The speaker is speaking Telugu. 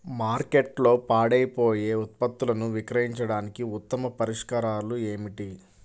మార్కెట్లో పాడైపోయే ఉత్పత్తులను విక్రయించడానికి ఉత్తమ పరిష్కారాలు ఏమిటి?